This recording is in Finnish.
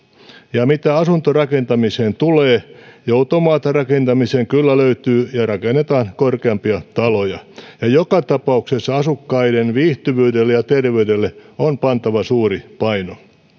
ja mitä asuntorakentamiseen tulee joutomaata rakentamiseen kyllä löytyy ja rakennetaan korkeampia taloja joka tapauksessa asukkaiden viihtyvyydelle ja terveydelle on pantava suuri paino